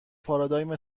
پارادایم